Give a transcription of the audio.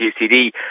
UCD